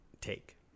take